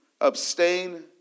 abstain